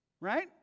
Right